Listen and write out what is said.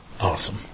Awesome